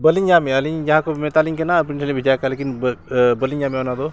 ᱵᱟᱹᱞᱤᱧ ᱧᱟᱢᱮᱜᱼᱟ ᱟᱹᱞᱤᱧ ᱡᱟᱦᱟᱸ ᱠᱚ ᱢᱮᱛᱟᱞᱤᱧ ᱠᱟᱱᱟ ᱟᱹᱵᱤᱱ ᱴᱷᱮᱱ ᱞᱤᱧ ᱵᱷᱮᱡᱟ ᱟᱠᱟᱫᱼᱟ ᱞᱮᱠᱤᱱ ᱵᱟᱹᱞᱤᱧ ᱧᱟᱢᱮᱜᱼᱟ ᱚᱱᱟ ᱫᱚ